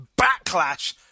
backlash